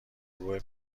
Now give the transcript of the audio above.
گروه